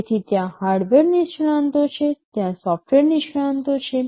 તેથી ત્યાં હાર્ડવેર નિષ્ણાતો છે ત્યાં સોફ્ટવેર નિષ્ણાતો છે